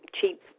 cheap